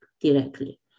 directly